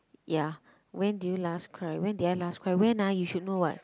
ya when did you last cry when did I last cry when ah you should know [what]